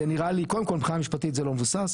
זה נראה לי קודם כל מבחינה משפטית זה לא מבוסס,